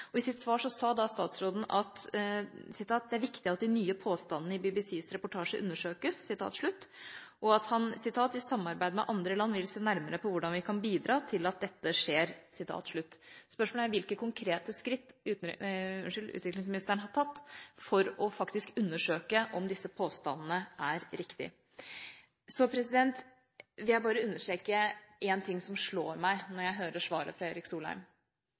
I sitt svar sa statsråden: «Det er viktig at de nye påstandene i BBCs reportasje undersøkes.» Og at han «i samarbeid med andre land vil se nærmere på hvordan vi kan bidra til at dette skjer». Spørsmålet er hvilke konkrete skritt utviklingsministeren har tatt for faktisk å undersøke om disse påstandene er riktige. Jeg vil bare understreke én ting som slår meg når jeg hører svaret fra Erik Solheim.